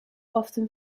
often